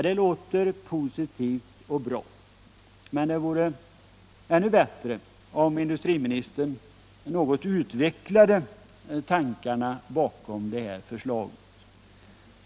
Det låter positivt, men det vore ännu bättre om industriministern något utvecklade tankarna bakom förslaget.